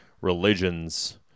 religions